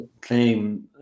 claim